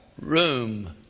room